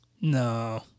No